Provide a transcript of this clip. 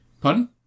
Pardon